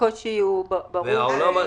הקושי ברור.